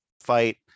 fight